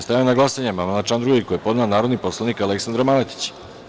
Stavljam na glasanje amandman na član 2. koji je podnela narodni poslanik Aleksandra Maletić.